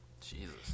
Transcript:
Jesus